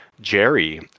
Jerry